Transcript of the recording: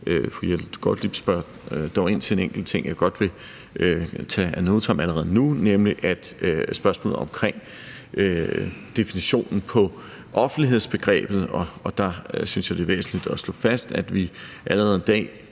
Fru Jette Gottlieb spørger dog ind til en enkelt ting, som jeg godt vil tage ad notam allerede nu, nemlig spørgsmålet omkring definitionen på offentlighedsbegrebet. Der synes jeg, det er væsentligt at slå fast, at vi allerede i dag